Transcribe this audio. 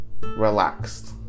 relaxed